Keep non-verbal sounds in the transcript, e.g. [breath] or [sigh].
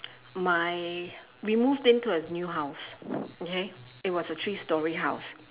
my we moved into a new house [breath] okay it was a three storey house